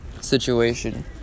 Situation